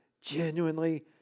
genuinely